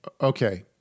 Okay